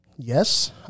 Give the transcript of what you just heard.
Yes